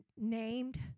named